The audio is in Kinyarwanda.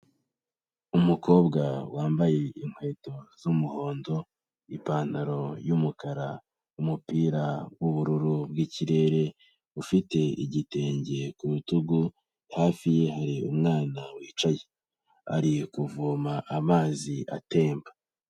Umukobwa wambaye inkweto z'umuhondo, ipantaro y'umukara, umupira w'ubururu bw'ikirere ufite igitenge ku rutugu, hafi ye hari umwana wicaye ari kuvoma amazi atemba.